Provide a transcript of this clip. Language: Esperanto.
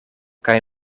kaj